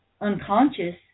unconscious